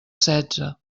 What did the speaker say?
setze